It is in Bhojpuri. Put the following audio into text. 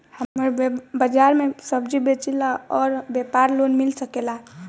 हमर बाजार मे सब्जी बेचिला और व्यापार लोन मिल सकेला?